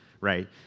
right